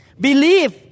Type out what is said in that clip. Believe